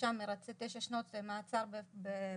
הנאשם מרצה תשע שנות מאסר בפועל.